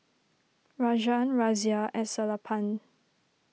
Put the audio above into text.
Rajan Razia and Sellapan